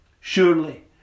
Surely